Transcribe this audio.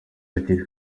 ati